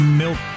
milk